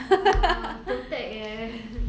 !wah! protect eh